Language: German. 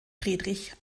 friedrich